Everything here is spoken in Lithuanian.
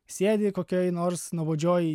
sėdi kokioj nors nuobodžioj